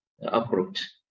approach